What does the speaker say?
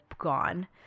gone